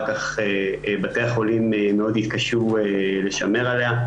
כך בתי החולים מאוד יתקשו לשמר אותה.